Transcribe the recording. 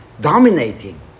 dominating